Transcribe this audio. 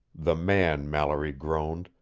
the man mallory groaned,